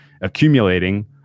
accumulating